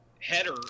header